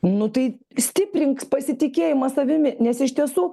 nu tai stiprink pasitikėjimą savimi nes iš tiesų